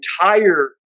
entire